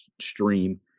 stream